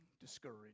discouraged